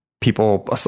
People